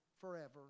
forever